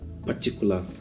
particular